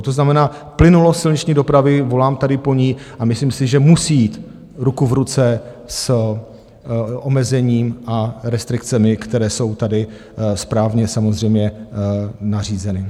To znamená plynulost silniční dopravy, volám tady po ní a myslím si, že musí jít ruku v ruce s omezením a restrikcemi, které jsou tady správně samozřejmě nařízeny.